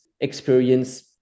experience